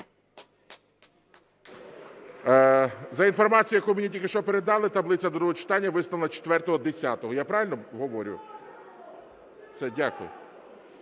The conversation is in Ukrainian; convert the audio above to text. За інформацією, яку мені тільки що передали, таблиця до другого читання виставлена 04.10, я правильно говорю? Все. Дякую.